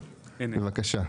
בבקשה.